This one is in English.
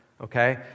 okay